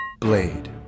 Blade